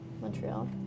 Montreal